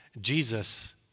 Jesus